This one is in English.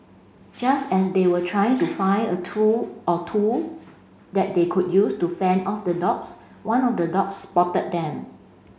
just as they were trying to find a tool or two that they could use to fend off the dogs one of the dogs spotted them